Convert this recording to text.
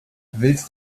willst